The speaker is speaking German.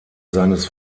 seines